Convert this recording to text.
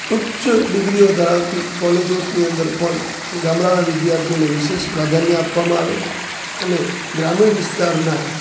ઉચ્ચ ડિગ્રીઓ ધરાવતી કોલેજોસની અંદર પણ ગામડાનાં વિદ્યાર્થીઓને વિશેષ પ્રાધાન્ય આપવામાં આવે અને ગ્રામીણ વિસ્તારનાં